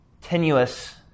tenuous